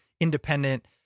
independent